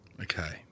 Okay